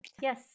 Yes